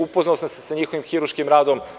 Upoznao sam se sa njihovim hirurškim radom.